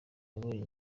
iyoboye